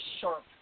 Sharp